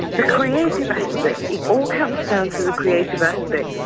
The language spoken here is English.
the creative aspect, it all comes down to the creative aspect.